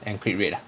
and crit rate lah